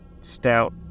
stout